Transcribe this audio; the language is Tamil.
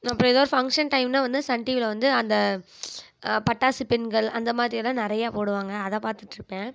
அப்புறம் ஏதோ ஒரு ஃபங்சன் டைம்னா வந்து சன் டிவியில் வந்து அந்த பட்டாசு பெண்கள் அந்தமாதிரி எல்லாம் நிறையா போடுவாங்க அதை பார்த்துட்டுருப்பேன்